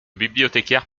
bibliothécaire